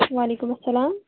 وعلیکُم السلام